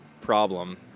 problem